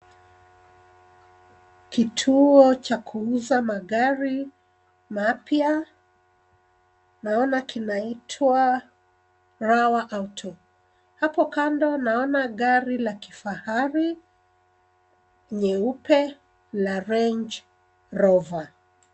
Kituo cha kuuza magari mapya, naona kinaitwa RoarAuto, hapo kando naona gari la kifahari nyeupe la Rangerover.